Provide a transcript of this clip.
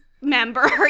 member